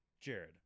Jared